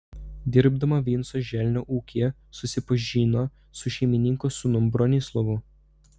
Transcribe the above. dirbdama vinco želnio ūkyje susipažino su šeimininko sūnum bronislovu